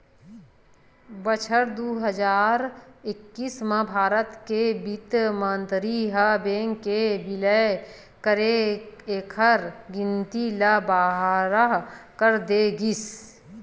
बछर दू हजार एक्कीस म भारत के बित्त मंतरी ह बेंक के बिलय करके एखर गिनती ल बारह कर दे गिस